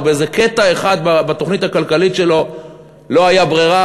או בקטע אחד בתוכנית הכלכלית שלו לא הייתה ברירה,